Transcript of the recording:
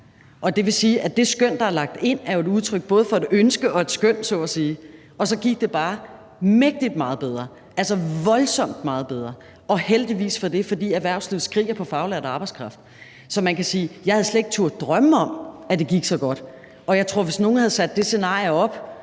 Det vil sige, at det tal, der blev lagt ind, både var et udtryk for et ønske og et skøn så at sige, og så gik det bare mægtig meget bedre, altså voldsomt meget bedre; og heldigvis for det, for erhvervslivet skriger på faglært arbejdskraft. Jeg havde slet ikke turde drømme om, at det gik så godt. Og jeg tror, at hvis nogen havde sat det scenarie op,